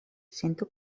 sento